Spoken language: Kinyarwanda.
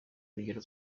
urugero